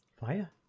Fire